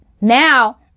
Now